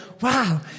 wow